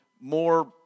more